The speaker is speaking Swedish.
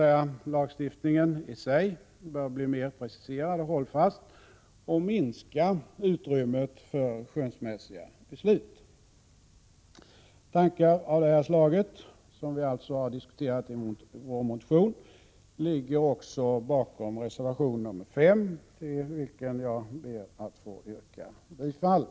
Lagstiftningen i sig bör med andra ord bli mera preciserad och hållfast och minska utrymmet för skönsmässiga beslut. Tankar av detta slag, som vi har diskuterat i vår motion, ligger också bakom reservation 5, till vilken jag ber att få yrka bifall.